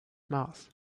mouth